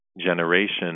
generation